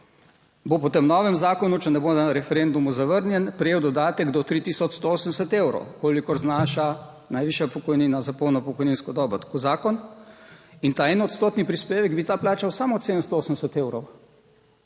(nadaljevanje) če ne bo na referendumu zavrnjen, prejel dodatek do 3 tisoč 180 evrov, kolikor znaša najvišja pokojnina za polno pokojninsko dobo, tako zakon. In ta en odstotni prispevek bi ta plačal samo od 780 evrov